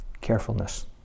carefulness